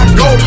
go